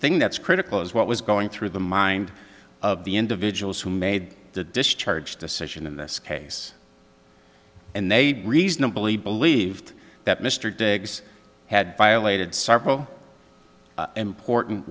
thing that's critical is what was going through the mind of the individuals who made the discharge decision in this case and they reasonably believed that mr diggs had violated sorrow important